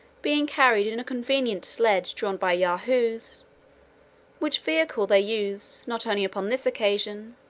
being carried in a convenient sledge drawn by yahoos which vehicle they use, not only upon this occasion,